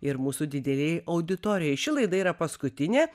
ir mūsų didelei auditorijai ši laida yra paskutinė